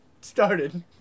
started